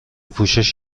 پوشش